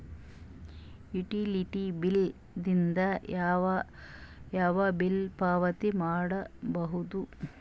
Utility bill ದಿಂದ ಯಾವ ಯಾವ ಬಿಲ್ ಪಾವತಿ ಮಾಡಬಹುದು?